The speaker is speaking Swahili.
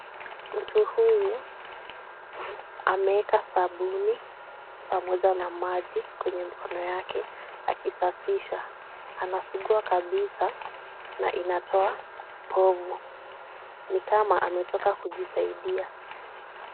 Mtu huyu ameeka sabuni pamoja na maji kwenye mikono yake akisafisha. Anasugua kabisa na inatoa povu. Ni kama ametoka kujisaidia.